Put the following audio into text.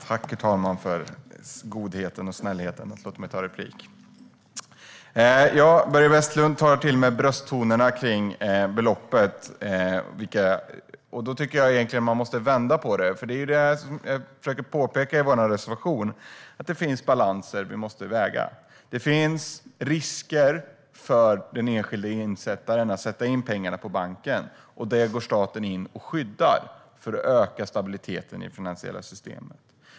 Herr talman! Börje Vestlund tar till brösttoner kring beloppet. Jag tycker egentligen att man måste vända på det, för det är det som vi försöker påpeka i vår reservation: Det finns balanser som vi måste väga av. Det finns risker för den enskilda insättaren att sätta in pengarna på banken, och där går staten in och skyddar för att öka stabiliteten i det finansiella systemet.